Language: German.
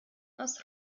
aus